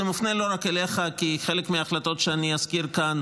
זה מופנה לא רק אליך כי חלק מההחלטות שאזכיר כאן,